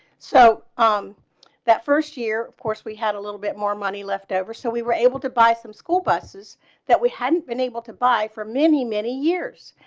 so um that first year of course we had a little bit more money left over so we were able to buy some school buses that we hadn't been able to buy from many, many years.